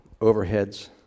overheads